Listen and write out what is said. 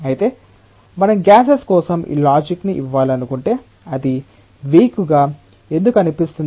అయితే మనం గ్యాసెస్ కోసం ఈ లాజిక్ ని ఇవ్వాలనుకుంటే అది వీక్ గా ఎందుకు అనిపిస్తుంది